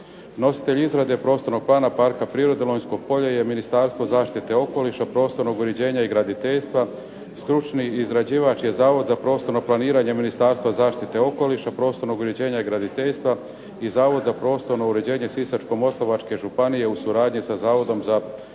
Nositelj izrade prostornog plana parka prirode Lonjsko polje je Ministarstvo zaštite okoliša, prostornog uređenja i graditeljstva, stručni izrađivač je Zavod za prostorno planiranje Ministarstva zaštite okoliša, prostornog uređenja i graditeljstva i Zavod za prostorno uređenje Sisačko-moslavačke županije u suradnji sa Zavodom za prostorno